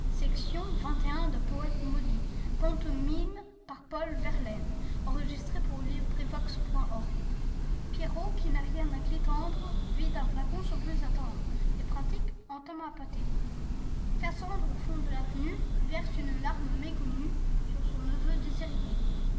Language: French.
pierrot qui n'a rien d'un clitandre vide un flacon sans plus attendre et pratique entame un pâté cassandre au fond de l'avenue verse une larme méconnue sur son neveu